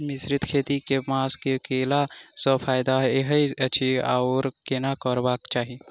मिश्रित खेती केँ मास मे कैला सँ फायदा हएत अछि आओर केना करबाक चाहि?